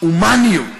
ההומניות